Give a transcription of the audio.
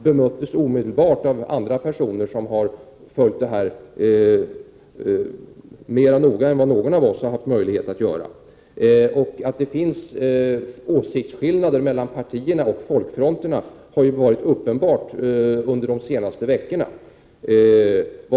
Det bemöttes omedelbart av andra personer som har följt detta mera noggrant än vad någon av oss haft möjlighet att göra. Under de senaste Prot. 1988/89:30 veckorna har det varit uppenbart att det finns åsiktsskillnader mellan 23 november 1988 partierna och folkfronterna.